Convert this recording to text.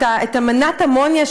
את מנת האמוניה,